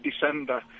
December